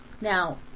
Now